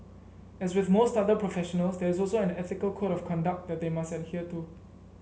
as with most other professionals there is also an ethical code of conduct that they must adhere to